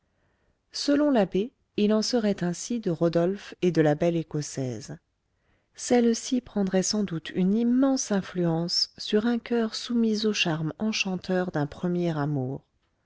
selon l'abbé il en serait ainsi de rodolphe et de la belle écossaise celle-ci prendrait sans doute une immense influence sur un coeur soumis au charme enchanteur d'un premier amour